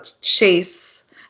Chase